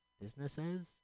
businesses